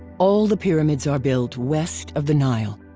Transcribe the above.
all the pyramids are built west of the nile.